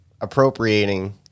appropriating